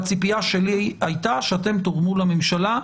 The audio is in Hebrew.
והציפייה הייתה שאתם תאמרו לממשלה: